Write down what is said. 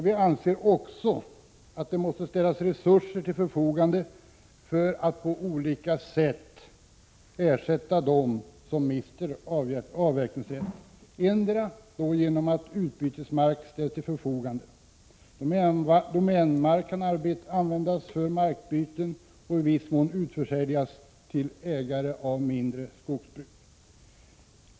Vi anser också att det måste ställas resurser till förfogande för att på olika sätt ersätta dem som mister avverkningsrätten, bl.a. genom att utbytesmark ställs till förfogande. Domänmark kan användas för markbyten och i viss utsträckning utförsäljas till ägare av mindre skogsbruk.